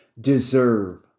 deserve